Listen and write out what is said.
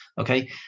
Okay